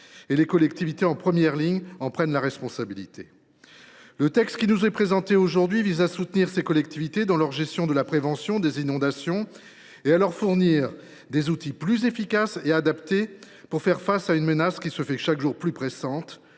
et les collectivités, qui sont en première ligne, en prennent la responsabilité. Le texte qui nous est présenté aujourd’hui vise à soutenir ces collectivités dans leur gestion de la prévention des inondations et à leur fournir des outils plus efficaces et adaptés pour faire face à une menace qui se fait chaque jour plus pressante